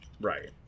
right